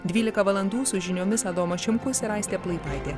dvylika valandų su žiniomis adomas šimkus ir aistė plaipaitė